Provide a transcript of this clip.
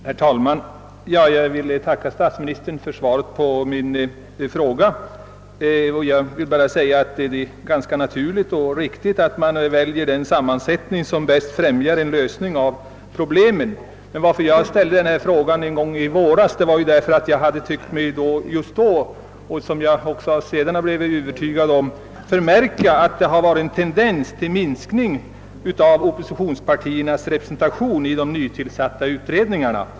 Herr talman! Jag ber att få tacka statsministern för svaret på min fråga. Det är naturligt och riktigt att man väljer den sammansättning som bäst främjar en lösning av problemen. Anledningen till att jag ställde denna fråga en gång i våras var att jag då tyckte mig märka — och jag har senare blivit stärkt i denna min uppfattning — en tendens till minskning av oppositionspartiernas representation i de nytillsatta utredningarna.